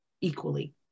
equally